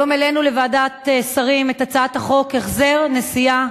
היום העלינו לוועדת שרים את הצעת חוק החזר נסיעה.